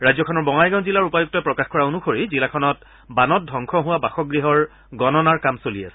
ৰাজ্যখনৰ বঙাইগাঁও জিলাৰ উপায়ুক্তই প্ৰকাশ কৰা অনুসৰি জিলাখনত বানত ধবংস হোৱা বাসগৃহৰ গণনাৰ কাম চলি আছে